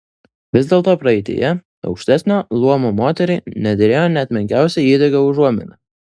vis dėlto praeityje aukštesnio luomo moteriai nederėjo net menkiausia įdegio užuomina